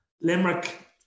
Limerick